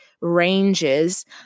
ranges